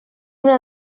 una